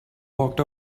walked